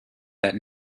that